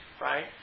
right